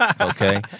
Okay